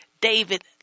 David